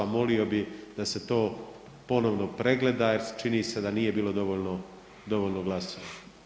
Molio bih da se to ponovno pregleda jer čini se da nije bilo dovoljno glasova.